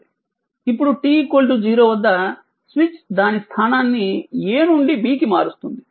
ఇప్పుడు t 0 వద్ద switch దాని స్థానాన్ని A నుండి B కి మారుస్తుంది